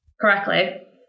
correctly